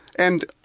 and,